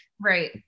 Right